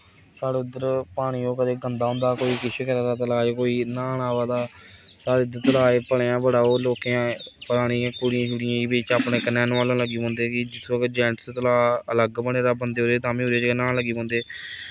साढ़े इद्धर ओह् पानी कदें गंदा होंदा कदें कोई किश करा दा तलाऽ च कोई न्हान आवा दा साढ़े इद्धर तलाऽ भलेआं बड़ा ओ लोकें पानी कुड़ियें शूड़ियें गी बिच अपने कन्नै नोहालन लगी पौंदे कि जेंट्स तलाऽ अलग बने दा ते बंदे तां बी ओह्दे च न्हान लगी पौंदे